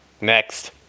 Next